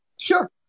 Sure